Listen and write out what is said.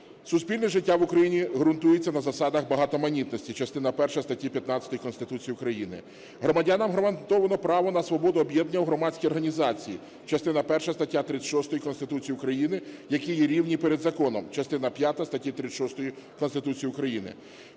суспільне життя в Україні ґрунтується на засадах багатоманітності (частина перша статті 15 Конституції України), громадянам гарантовано право на свободу об'єднання у громадські організації (частина перша стаття 36 Конституції України), які є рівні перед законом (частина п'ята статті 36 Конституції України).